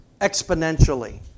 exponentially